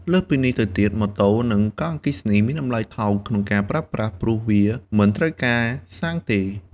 លើសពីនេះទៅទៀត ម៉ូតូនិងកង់អគ្គិសនីមានតម្លៃថោកក្នុងការប្រើប្រាស់ព្រោះវាមិនត្រូវការសាំងទេ។